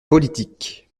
politique